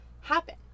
happen